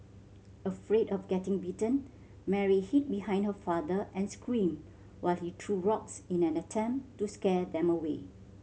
afraid of getting bitten Mary hid behind her father and screamed while he threw rocks in an attempt to scare them away